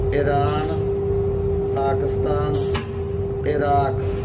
Iran Pakistan Iraq